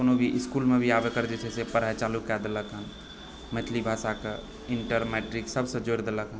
कोनो भी इसकुल भी आब एकर जे छै से पढ़ाइ चालू कए देलक हँ मैथिली भाषाके इन्टर मैट्रिक सबसँ जोड़ि देलक हँ